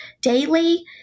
daily